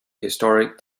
historic